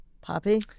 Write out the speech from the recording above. Poppy